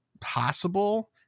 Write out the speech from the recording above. possible